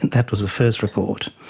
that was the first report.